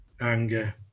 anger